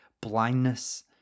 blindness